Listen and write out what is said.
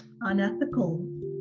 unethical